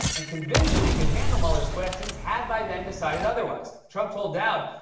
and convinced that he could handle mueller's questions, had, by then, decided otherwise. trump told dowd,